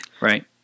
Right